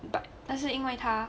but 那是因为他